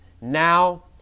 Now